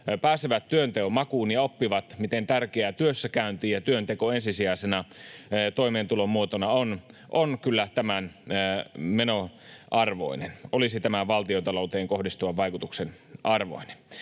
pääsevät työnteon makuun ja oppivat, miten tärkeitä työssäkäynti ja työnteko ensisijaisina toimeentulon muotoina ovat — olisi kyllä tämän menon, tämän valtiontalouteen kohdistuvan vaikutuksen, arvoinen.